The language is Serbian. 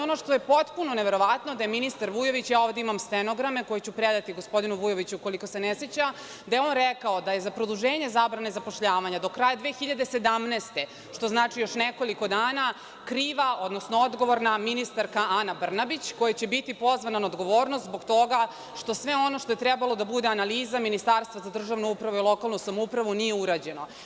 Ono što je potpuno neverovatno da je ministar Vujović, a ja ovde imam stenograme koje ću predati gospodinu Vujović, ukoliko se ne seća, da je on rekao da je za produženje zabrane zapošljavanja do kraja 2017. godine, što znači još nekoliko dana, kriva, odnosno odgovorna, ministarka Ana Brnabić, koja će biti pozvana na odgovornost zbog toga što sve ono što je trebalo da bude analiza Ministarstva za državnu upravu i lokalnu samoupravu nije urađeno.